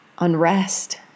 Unrest